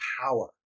power